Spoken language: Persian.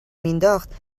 مینداخت